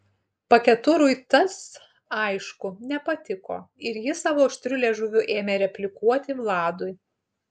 paketurui tas aišku nepatiko ir jis savo aštriu liežuviu ėmė replikuoti vladui